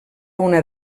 una